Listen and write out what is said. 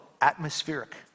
Atmospheric